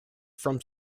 from